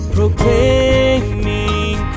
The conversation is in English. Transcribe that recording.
Proclaiming